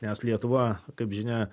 nes lietuva kaip žinia